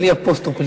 בלי האפוסטרוף.